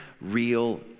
real